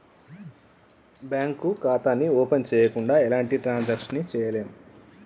bank ఖాతాని open చెయ్యకుండా ఎలాంటి ట్రాన్సాక్షన్స్ ని చెయ్యలేము